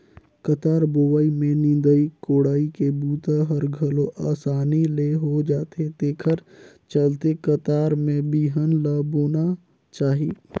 कतार बोवई में निंदई कोड़ई के बूता हर घलो असानी ले हो जाथे तेखर चलते कतार में बिहन ल बोना चाही